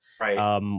Right